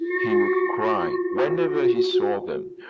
he would cry, whenever he saw them.